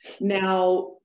Now